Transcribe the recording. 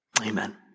Amen